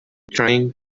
trying